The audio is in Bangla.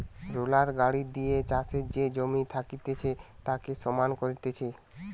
রোলার গাড়ি দিয়ে চাষের যে জমি থাকতিছে তাকে সমান করতিছে